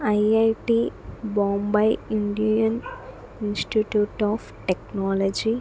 IIT Bombay institute of technology